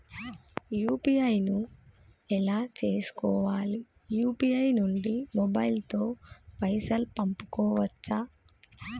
UPI ను ఎలా చేస్కోవాలి యూ.పీ.ఐ నుండి మొబైల్ తో పైసల్ పంపుకోవచ్చా?